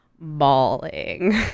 bawling